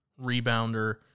rebounder